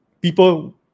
people